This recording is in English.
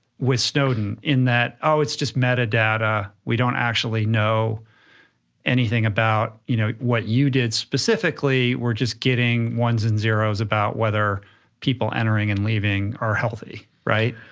with snowden in that, oh, it's just metadata, we don't actually know anything about you know what you did, specifically, we're just getting ones and zeros about whether people entering and leaving are healthy, right?